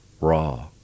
raw